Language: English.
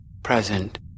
Present